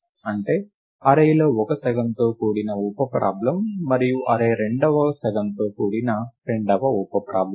అంటే అర్రే లో ఒక సగంతో కూడిన ఉప ప్రాబ్లమ్ మరియు అర్రే యొక్క రెండవ సగంతో కూడిన రెండవ ఉప ప్రాబ్లమ్